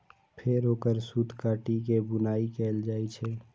फेर ओकर सूत काटि के बुनाइ कैल जाइ छै